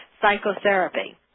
psychotherapy